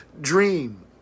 dream